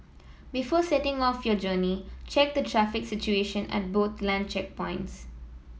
before setting off on your journey check the traffic situation at both land checkpoints